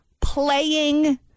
playing